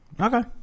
Okay